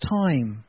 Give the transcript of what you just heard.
time